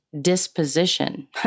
disposition